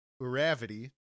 Gravity